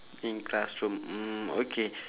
in classroom mm okay